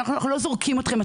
אנחנו לא זורקים אתכם,